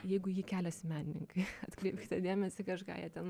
jeigu į ji keliasi menininkai atkreipkite dėmesį kažką jie ten